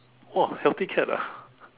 whoa healthy cat lah